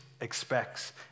expects